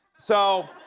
so,